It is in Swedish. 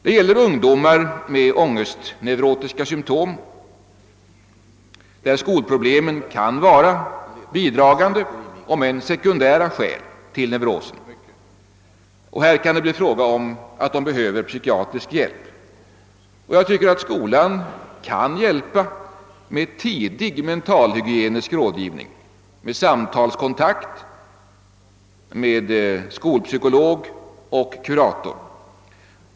Det gäller ungdomar med ångestneurotiska symtom, där skolproblemen kan vara bidragande om än sekundära skäl till neurosen. Här kan det bli fråga om att de behöver psykiatrisk hjälp. Jag tycker att skolan kan hjälpa med tidig mentalhygienisk rådgivning, med samtalskontakt, med skolpsykolog och kurator.